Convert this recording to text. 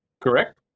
correct